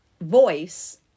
voice